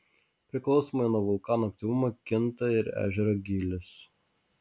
priklausomai nuo vulkano aktyvumo kinta ir ežero gylis